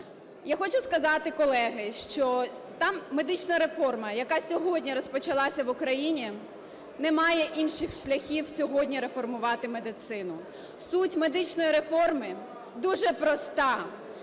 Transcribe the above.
Я хочу сказати колезі, що та медична реформа, яка сьогодні розпочалася в Україні, не має інших шляхів сьогодні реформувати медицину. Суть медичної реформи дуже проста